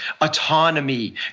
autonomy